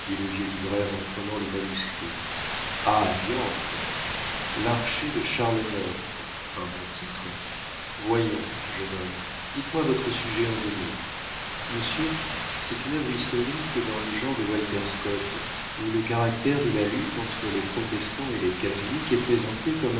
le vieux libraire en prenant le manuscrit ah diantre l'archer de charles ix un bon titre voyons jeune homme dites-moi votre sujet en deux mots monsieur c'est une œuvre historique dans le genre de walter scott où le caractère de la lutte entre les protestants et les catholiques est présenté